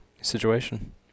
Situation